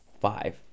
five